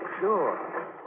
Sure